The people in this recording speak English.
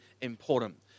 important